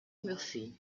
murphy